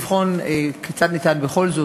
כיצד אפשר בכל זאת,